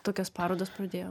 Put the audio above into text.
tokias parodas pradėjom